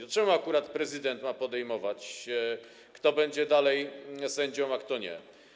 To czemu akurat prezydent ma podejmować decyzję, kto będzie dalej sędzią, a kto nie?